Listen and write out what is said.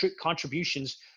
contributions